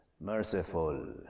merciful